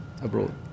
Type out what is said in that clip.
abroad